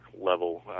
level